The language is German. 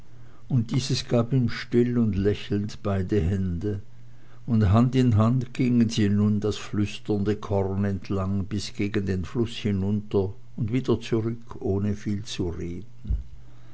und dieses gab ihm still und lächelnd beide hände und hand in hand gingen sie nun das flüsternde korn entlang bis gegen den fluß hinunter und wieder zurück ohne viel zu reden